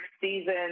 season